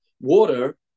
water